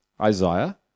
Isaiah